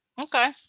Okay